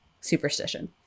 superstition